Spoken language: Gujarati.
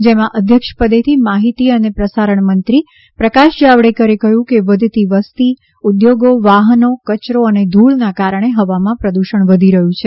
જેમાં અધ્યક્ષપદેથી માહિતી અને પ્રસારણમંત્રી પ્રકાશ જાવડેકરે કહ્યું કે વધતી વસ્તી ઉદ્યોગો વાહનો કચરો અને ધૂળના કારણે હવામાં પ્રદૂષણ વધી રહ્યું છે